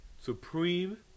Supreme